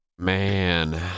Man